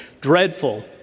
dreadful